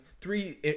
three